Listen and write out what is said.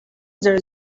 there